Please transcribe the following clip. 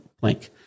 blank